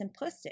simplistic